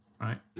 Right